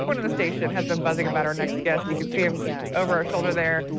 sort of the station has been buzzing about our next guest. you can see him over our shoulder there.